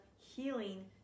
healing